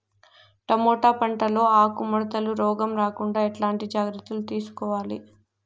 Tomato పంట లో ఆకు ముడత రోగం రాకుండా ఎట్లాంటి జాగ్రత్తలు తీసుకోవాలి?